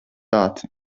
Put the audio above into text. ātri